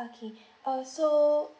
okay uh so